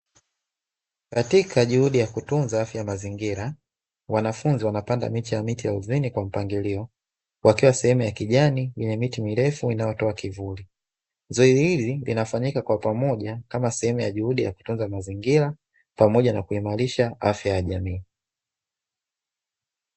Katika juhudi ya kutunza afya ya mazingira, wanafunzi wanapanda miche ya miti kwa mpangilio, wakiwa sehemu ya kijani yenye miti mirefu inayotoa kivuli. Zoezi hili linafanyika kwa pamoja, kama sehemu ya juhudi ya kutunza mazingira, pamoja na kuimarisha afya ya jamii.